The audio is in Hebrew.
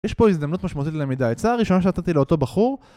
יש פה הזדמנות משמעותית ללמידה. העצה הראשונה שנתתי לאותו בחור...